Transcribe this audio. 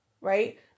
right